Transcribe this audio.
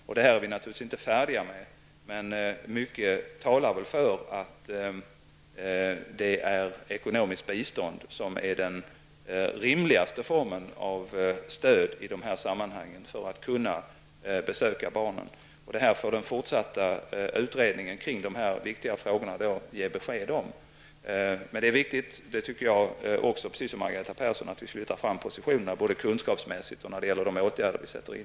Vi är naturligtvis inte färdiga med detta, men mycket talar väl för att det är ekonomiskt bistånd som är den rimligaste formen av stöd i de här sammanhangen för att kunna besöka barnen. Detta får den fortsatta utredningen kring de här viktiga frågorna ge besked om. Det är viktigt, det tycker jag precis som Margareta Persson, att vi flyttar fram positionerna både kunskapsmässigt och när det gäller de åtgärder vi sätter in.